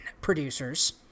producers